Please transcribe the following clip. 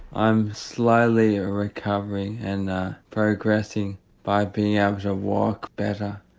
i'm slowly ah recovering and progressing by being able to walk better,